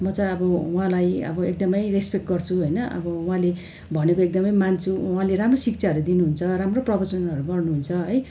म चाहिँ अब उहाँलाई अब एकदमै रेस्पेक्ट गर्छु होइन अब उहाँले भनेको एकदमै मान्छु उहाँले राम्रो शिक्षाहरू दिनुहुन्छ राम्रो प्रवचनहरू गर्नुहुन्छ है